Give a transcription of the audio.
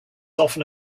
often